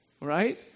Right